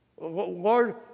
Lord